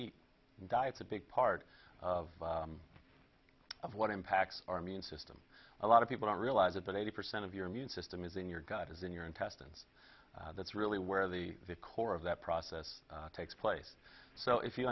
eat diets a big part of what impacts our immune system a lot of people don't realize it but eighty percent of your immune system is in your gut is in your intestines that's really where the core of that process takes place so if you